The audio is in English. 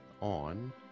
on